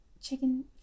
chicken